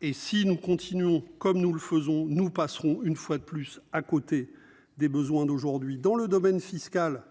et si nous continuons comme nous le faisons nous passerons une fois de plus à côté des besoins d'aujourd'hui dans le domaine fiscal,